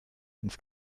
ins